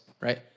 right